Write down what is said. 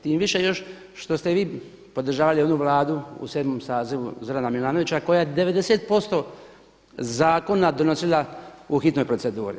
Tim više još što ste vi podržavali ovu Vladu u 7. sazivu Zorana Milanovića koja je 90% zakona donosila u hitnoj proceduri.